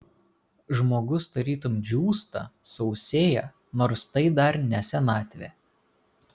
žmogus tarytum džiūsta sausėja nors tai dar ne senatvė